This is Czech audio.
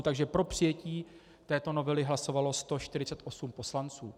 Takže pro přijetí této novely hlasovalo 148 poslanců.